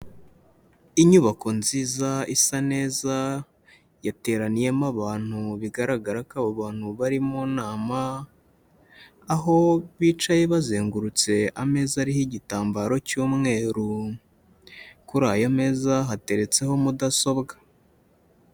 Inyubako nziza isa neza, yateraniyemo abantu bigaragara ko abo bantu bari mu nama, aho bicaye bazengurutse ameza ariho igitambaro cy'umweru, kuri ayo meza hateretseho mudasobwa.